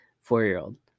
four-year-old